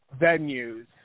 venues